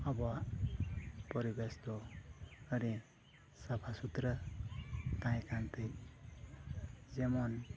ᱟᱵᱚᱣᱟᱜ ᱯᱚᱨᱤᱵᱮᱥ ᱫᱚ ᱟᱹᱰᱤ ᱥᱟᱯᱷᱟ ᱥᱩᱛᱨᱟᱹ ᱛᱟᱦᱮᱸ ᱠᱟᱱᱛᱮ ᱡᱮᱢᱚᱱ